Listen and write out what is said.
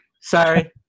sorry